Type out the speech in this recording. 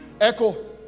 echo